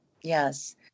Yes